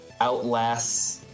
outlasts